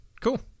cool